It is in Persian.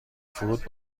فروت